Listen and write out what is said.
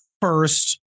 first